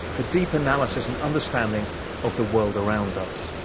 the deep analysis and understanding of the world around us.